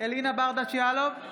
אלינה ברדץ' יאלוב,